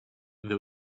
there